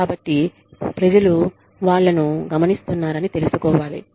కాబట్టి ప్రజలు వాళ్ళను గమనిస్తున్నారని తెలుసుకోవాలి